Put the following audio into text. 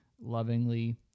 lovingly